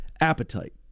appetite